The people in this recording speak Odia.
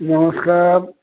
ନମସ୍କାର